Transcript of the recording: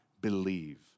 believe